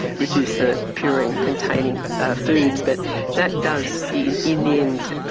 reduce the purine containing foods, but that does, in in the end,